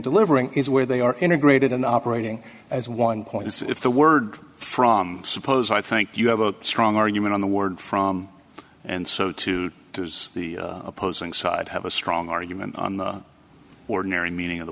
delivering is where they are integrated and operating as one point it's the word from suppose i think you have a strong argument on the word from and so to the opposing side have a strong argument on the ordinary meaning of the